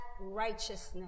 righteousness